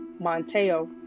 Monteo